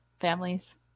families